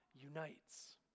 unites